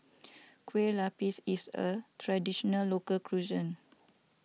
Kueh Lapis is a Traditional Local Cuisine